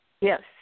Yes